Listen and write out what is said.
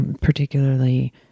particularly